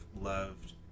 loved